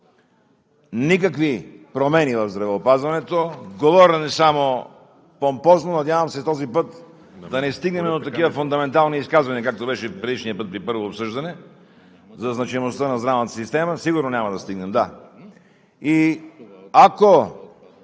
никакви промени в здравеопазването, говорене само помпозно, надявам се този път да не стигнем до такива фундаментални изказвания, както беше предишния път при първото обсъждане, за значимостта на здравната система. Сигурно няма да стигнем, да, и ако